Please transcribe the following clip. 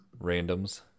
randoms